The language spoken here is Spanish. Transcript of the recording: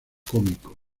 cómico